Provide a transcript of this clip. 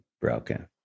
broken